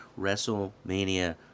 WrestleMania